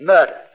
Murder